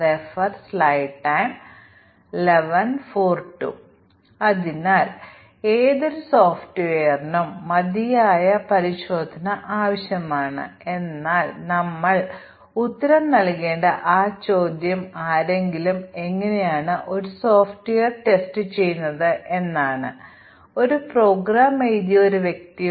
ഞങ്ങൾ ഒരു പ്രോഗ്രാമിലേക്ക് മാറ്റം വരുത്തുമ്പോൾ പക്ഷേ അത് പ്രോഗ്രാമിലേക്ക് ഒരു ബഗ് അവതരിപ്പിക്കില്ല തുടർന്ന് ഞങ്ങൾക്ക് ഒരു പ്രശ്നമുണ്ട് കാരണം ടെസ്റ്റ് കേസുകൾ പ്രവർത്തിപ്പിച്ച ശേഷം ഞങ്ങൾ അനുമാനിക്കും കാരണം എന്തായാലും ബഗുകളില്ല ടെസ്റ്റ് കേസുകൾ പ്രോബ്ലം ഒന്നും കണ്ടെത്തില്ല